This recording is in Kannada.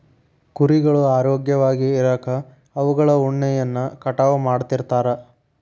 ಕುರಿಗಳು ಆರೋಗ್ಯವಾಗಿ ಇರಾಕ ಅವುಗಳ ಉಣ್ಣೆಯನ್ನ ಕಟಾವ್ ಮಾಡ್ತಿರ್ತಾರ